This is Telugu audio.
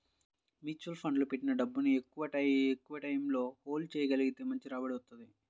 మ్యూచువల్ ఫండ్లలో పెట్టిన డబ్బుని ఎక్కువటైయ్యం హోల్డ్ చెయ్యగలిగితే మంచి రాబడి వత్తది